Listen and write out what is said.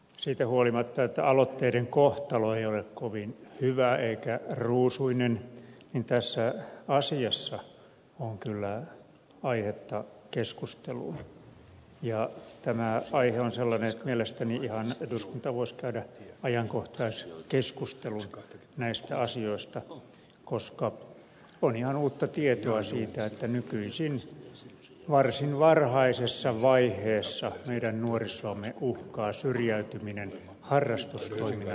siitä huolimatta että aloitteiden kohtalo ei ole kovin hyvä eikä ruusuinen tässä asiassa on kyllä aihetta keskusteluun ja tämä aihe on sellainen että mielestäni eduskunta voisi käydä ihan ajankohtaiskeskustelun näistä asioista koska on ihan uutta tietoa siitä että nykyisin varsin varhaisessa vaiheessa meidän nuorisoamme uhkaa syrjäytyminen harrastustoiminnan osalta